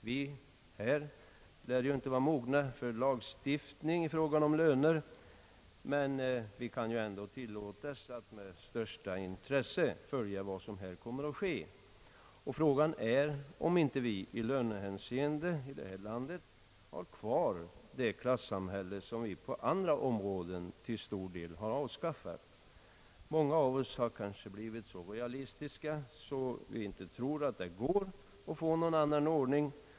Vi lär ju inte vara mogna för lagstiftning i fråga om löner, men vi kan ändå tillåtas att med största intresse följa vad som här kommer att ske. Frågan är om vi inte i lönehänseende här i landet har kvar det klassamhälle som vi på andra områden till stor del har avskaffat. Många av oss kanske har blivit så realistiska att vi inte tror att det går att få en annan ordning.